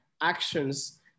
actions